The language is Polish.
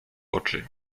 oczy